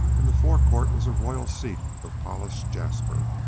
in the forecourt was a royal seat of polished jasper,